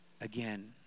again